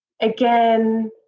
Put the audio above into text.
again